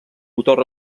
motor